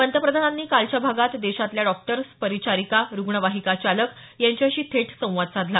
पंतप्रधानांनी कालच्या भागात देशातल्या डॉक्टर्स परिचारिका रुग्णवाहिका चालक यांच्याशी थेट संवाद साधला